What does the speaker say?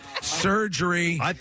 surgery